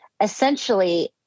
essentially